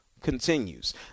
continues